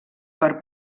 per